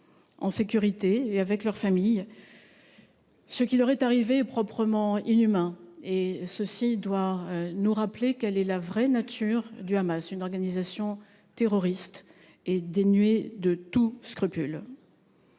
en sécurité et avec leurs familles, ce qui leur est arrivé est proprement inhumain. Cela doit nous rappeler quelle est la vraie nature du Hamas : une organisation terroriste et dénuée de tout scrupule.